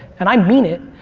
and i mean it.